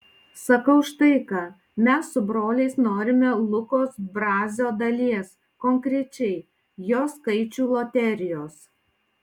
sakau štai ką mes su broliais norime lukos brazio dalies konkrečiai jo skaičių loterijos